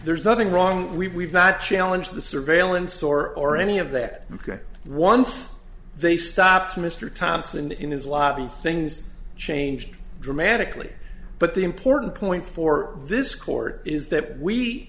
there's nothing wrong we've not challenge the surveillance or or any of that ok once they stopped mr thompson in his lobby things changed dramatically but the important point for this court is that we